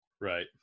Right